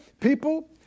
people